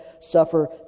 suffer